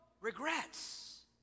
regrets